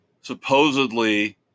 supposedly